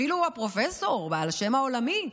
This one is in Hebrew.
אפילו הפרופסור בעל השם העולמי,